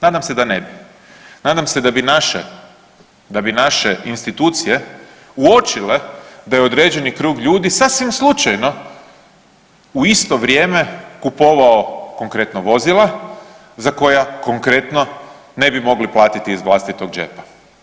Nadam se da ne bi, nadam se da bi naše, da bi naše institucije uočile da je određeni krug ljudi sasvim slučajno u isto vrijeme kupovao konkretno vozila za koja konkretno ne bi mogli platiti iz vlastitog džepa.